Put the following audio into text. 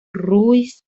ruiz